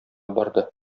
барды